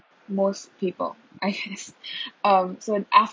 most people I guess um so